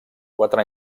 quatre